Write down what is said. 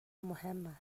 مهم